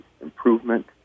improvement